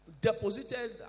deposited